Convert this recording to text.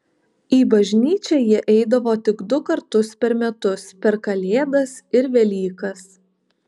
į bažnyčią jie eidavo tik du kartus per metus per kalėdas ir velykas